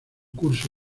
curso